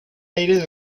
aire